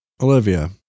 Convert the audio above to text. olivia